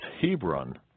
Hebron